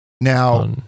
Now